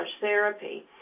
therapy